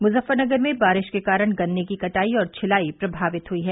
मुजफफरनगर में बारिश के कारण गन्ने की कटाई और छिलाई प्रभावित हुई है